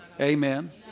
Amen